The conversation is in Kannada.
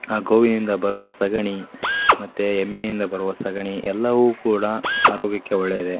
ಆ ಗೋವಿನಿಂದ ಬರುವ ಸಗಣಿ ಮತ್ತು ಎಮ್ಮೆಯಿಂದ ಬರುವ ಸಗಣಿ ಎಲ್ಲವೂ ಕೂಡ ಆರೋಗ್ಯಕ್ಕೆ ಒಳ್ಳೆಯದೇ